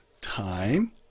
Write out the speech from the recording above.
time